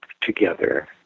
together